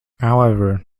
however